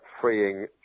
freeing